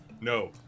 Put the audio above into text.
No